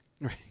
Right